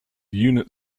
unit